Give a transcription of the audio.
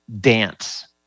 dance